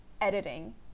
editing